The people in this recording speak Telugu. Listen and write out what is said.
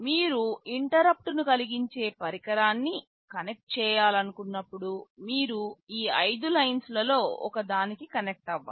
మీరు ఇంటరుప్పుట్ కలిగించే పరికరాన్ని కనెక్ట్ చేయాలనుకున్నప్పుడు మీరు ఈ ఐదు లైన్స్లలో ఒకదానికి కనెక్ట్ అవ్వాలి